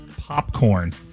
Popcorn